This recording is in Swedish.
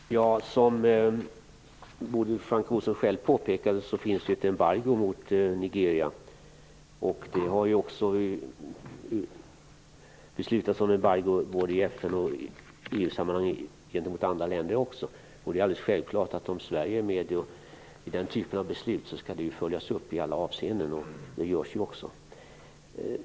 Herr talman! Som Bodil Francke Ohlsson själv påpekade finns ju ett embargo mot Nigeria. Det har ju beslutats om embargo mot andra länder också både i FN och EU-sammanhang. Det är alldeles självklart att om Sverige är med i den typen av beslut skall det följas upp i alla avseenden, och det görs ju också.